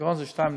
הגירעון זה 2.9%,